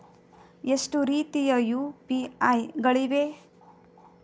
ಎಷ್ಟು ರೀತಿಯ ಯು.ಪಿ.ಐ ಗಳಿವೆ?